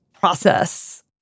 Process